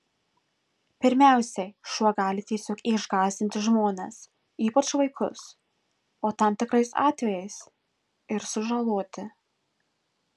pirmiausiai šuo gali tiesiog išgąsdinti žmones ypač vaikus o tam tikrais atvejais ir sužaloti